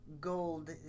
gold